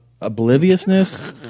obliviousness